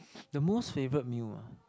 the most favourite meal ah